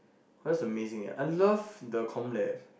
what's amazing yeah I love the com lab